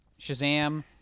Shazam